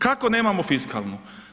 Kako nemamo fiskalnu?